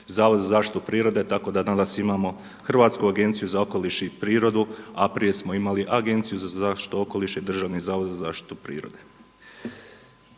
zaštitu prirode tako da danas imamo Hrvatsku agenciju za okoliš i prirodu a prije smo imali Agenciju za zaštitu okoliša i Državni zavod za zaštitu prirode.